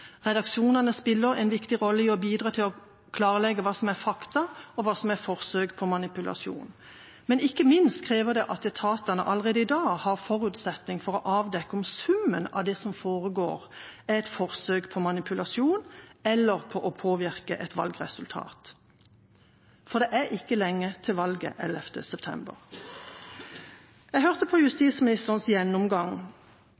Redaksjonene spiller en viktig rolle i å bidra til å klarlegge hva som er fakta, og hva som er forsøk på manipulasjon, men ikke minst krever det at etatene allerede i dag har forutsetninger for å avdekke om summen av det som foregår, er et forsøk på manipulasjon eller på å påvirke et valgresultat. For det er ikke lenge til valget 11. september. Jeg hørte på